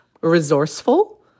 resourceful